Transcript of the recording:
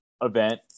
event